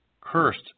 Cursed